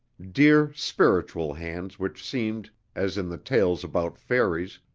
dear spiritual hands which seemed, as in the tales about fairies,